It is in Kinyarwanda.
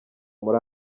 muri